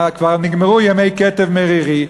וכבר נגמרו ימי קטב מרירי,